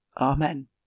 Amen